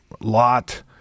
lot